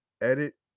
edit